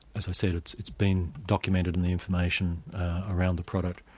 as i said it's it's been documented in the information around the product.